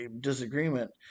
disagreement